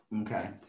Okay